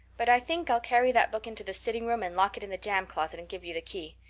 but i think i'll carry that book into the sitting room and lock it in the jam closet and give you the key.